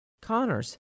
Connors